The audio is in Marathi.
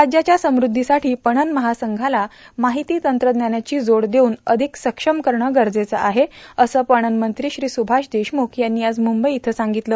राज्याच्या समृद्धीसाठी पणन महासंघाला मार्ाहती तंत्रज्ञानाची जोड देऊन अर्धिक सक्षम करणे गरजेचं आहे असं पणन मंत्री श्री सुभाष देशमुख यांनी आज मुंबई इथं सांगगतलं